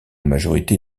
majorité